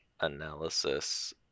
analysis